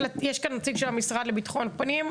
יש כאן נציג של המשרד לביטחון פנים,